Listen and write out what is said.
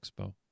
Expo